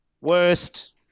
Worst